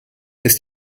ist